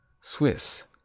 Swiss